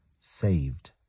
Saved